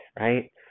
right